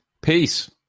Peace